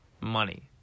money